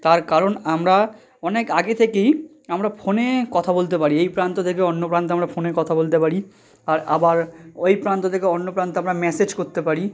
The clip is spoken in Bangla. তার কারণ আমরা অনেক আগে থেকেই আমরা ফোনে কথা বলতে পারি এই প্রান্ত থেকে অন্য প্রান্তে আমরা ফোনে কথা বলতে পারি আর আবার ওই প্রান্ত থেকে অন্য প্রান্তে আমরা মেসেজ করতে পারি